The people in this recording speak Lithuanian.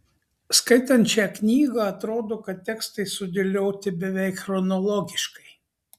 skaitant šią knygą atrodo kad tekstai sudėlioti beveik chronologiškai